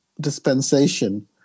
dispensation